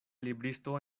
libristo